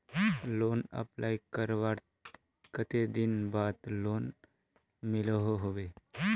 Loan apply करवार कते दिन बाद लोन मिलोहो होबे?